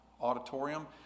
auditorium